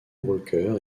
walker